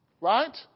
Right